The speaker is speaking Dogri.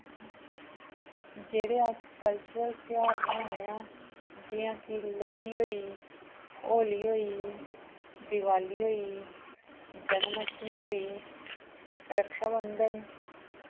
जेह्ड़े अस कल्चरल तेहार बनान्ने आं जि'यां कि लोहड़ी होई होली होई गेई देआली होई गेई जन्माश्टमी होई गेई रक्षाबंधन